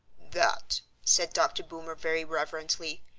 that, said dr. boomer very reverently,